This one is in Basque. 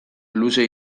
luze